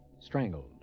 strangled